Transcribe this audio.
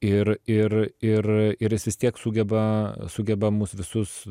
ir ir ir ir jis vis tiek sugeba sugeba mus visus